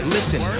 Listen